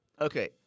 Okay